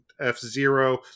F-Zero